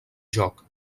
joc